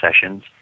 sessions